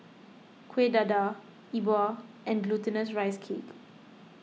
Kueh Dadar E Bua and Glutinous Rice Cake